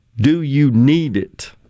do-you-need-it